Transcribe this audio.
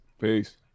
Peace